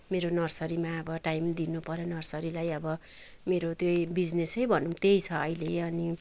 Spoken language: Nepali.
मेरो नर्सरीमा अब टाइम दिनुपर्यो नर्सरीलाई अब मेरो त्यही बिजनेसै भनौँ त्यही छ अहिले अनि